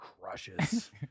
crushes